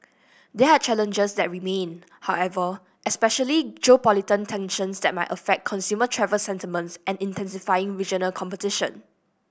there are challenges that remain however especially tensions that might affect consumer travel sentiments and intensifying regional competition